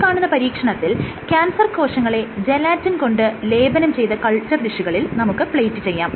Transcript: ഈ കാണുന്ന പരീക്ഷണത്തിൽ ക്യാൻസർ കോശങ്ങളെ ജലാറ്റിൻ കൊണ്ട് ലേപനം ചെയ്ത കൾച്ചർ ഡിഷുകളിൽ നമുക്ക് പ്ലേറ്റ് ചെയ്യാം